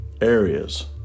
areas